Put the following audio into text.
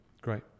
Great